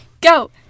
go